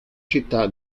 città